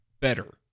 better